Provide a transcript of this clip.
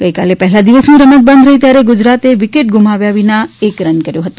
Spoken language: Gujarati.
ગઈકાલે પહેલા દિવસની રમત બંધ રહી ત્યારે ગુજરાતે વિકેટ ગુમાવ્યા વિના એક રન કર્યો હતો